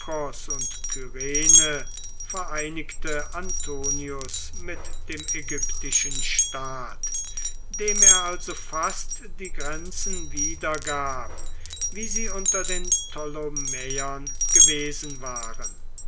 und kyrene vereinigte antonius mit dem ägyptischen staat dem er also fast die grenzen wiedergab wie sie unter den ptolemäern gewesen waren